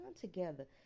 together